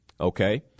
Okay